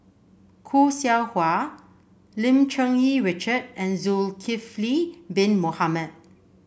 Khoo Seow Hwa Lim Cherng Yih Richard and Zulkifli Bin Mohamed